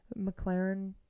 McLaren